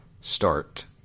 start